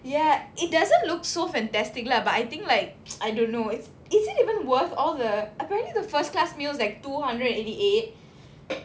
ya it doesn't look so fantastic lah but I think like I don't know it's is it even worth all the apparently the first class meal's like two hundred and eighty eight